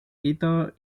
quito